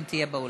אם תהיה באולם.